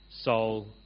soul